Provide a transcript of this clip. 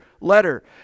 letter